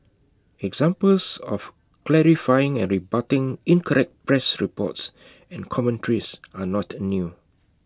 examples of clarifying and rebutting incorrect press reports and commentaries are not new